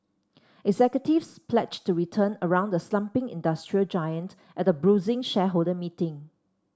executives pledged to turn around the slumping industrial giant at a bruising shareholder meeting